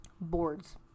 boards